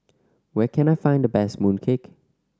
where can I find the best mooncake